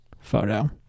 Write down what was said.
photo